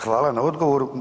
Hvala na odgovoru.